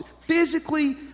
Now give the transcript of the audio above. physically